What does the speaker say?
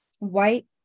white